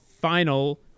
final